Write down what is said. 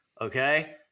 Okay